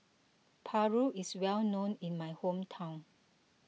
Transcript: Paru is well known in my hometown